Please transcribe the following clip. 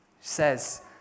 says